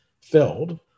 filled